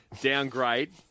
Downgrade